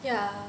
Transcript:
yeah